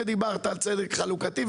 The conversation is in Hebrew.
ודיברת על צדק חלוקתי,